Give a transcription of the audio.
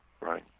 Right